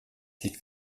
liegt